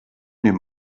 dem